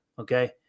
okay